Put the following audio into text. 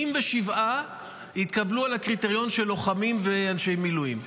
77 התקבלו על הקריטריון של לוחמים ואנשי מילואים.